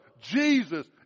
Jesus